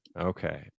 Okay